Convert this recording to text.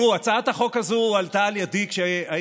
הצעת החוק הזו הועלתה על ידי כשהייתי